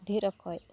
ᱰᱷᱮᱨ ᱚᱠᱚᱡ